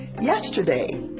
Yesterday